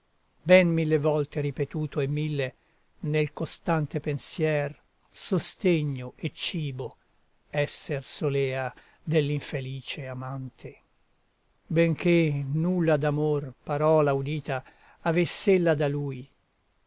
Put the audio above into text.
ben mille volte ripetuto e mille nel costante pensier sostegno e cibo esser solea dell'infelice amante benché nulla d'amor parola udita avess'ella da lui